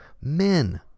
Men